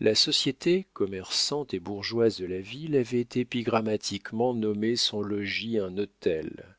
la société commerçante et bourgeoise de la ville avait épigrammatiquement nommé son logis un hôtel